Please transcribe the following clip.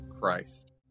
Christ